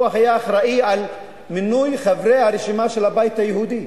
הוא היה אחראי למינוי חברי הרשימה של הבית היהודי.